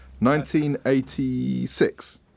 1986